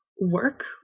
work